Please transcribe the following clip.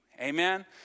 Amen